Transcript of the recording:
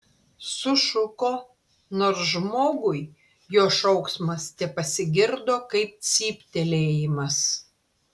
sušuko nors žmogui jo šauksmas tepasigirdo kaip cyptelėjimas